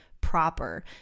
proper